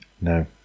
No